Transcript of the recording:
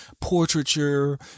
portraiture